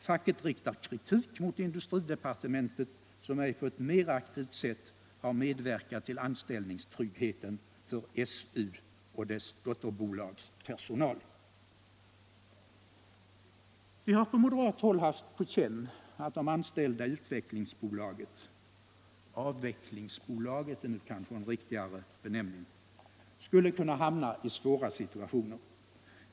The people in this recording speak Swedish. Facket riktar kritik mot industridepartementet som ej på ett mer aktivt sätt har medverkat till anställningstryggheten för SU och dess dotterbolags personal.” Vi på moderat håll har haft på känn att de anställda i Utvecklingsbolaget — Avvecklingsbolaget är nu en riktigare benämning — skulle kunna hamna i Svåra situationer.